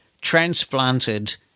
transplanted